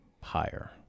higher